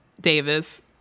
Davis